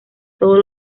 todos